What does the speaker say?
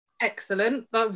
Excellent